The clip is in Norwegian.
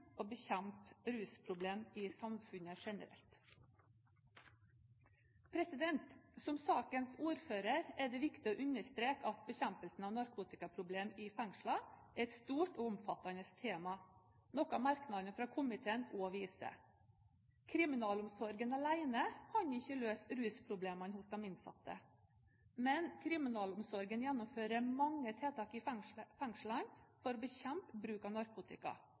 bekjempe rusproblem i samfunnet generelt. Som sakens ordfører er det viktig for meg å understreke at bekjempelsen av narkotikaproblem i fengslene er et stort og omfattende tema – noe merknadene fra komiteen også viser. Kriminalomsorgen alene kan ikke løse rusproblemene hos de innsatte. Men kriminalomsorgen gjennomfører mange tiltak i fengslene for å bekjempe bruk av narkotika,